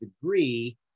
degree